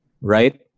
Right